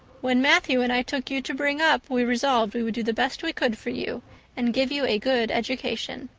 when matthew and i took you to bring up we resolved we would do the best we could for you and give you a good education.